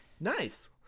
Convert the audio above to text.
Nice